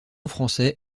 français